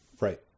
right